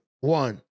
one